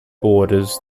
borders